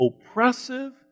oppressive